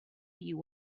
you